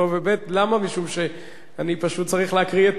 משום שאני פשוט צריך להקריא את, מפני שאני מולך.